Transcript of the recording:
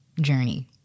journey